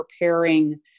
preparing